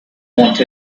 want